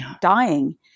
dying